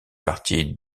partie